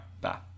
bye